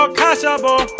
cashable